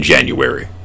January